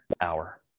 hour